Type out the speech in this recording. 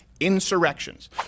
insurrections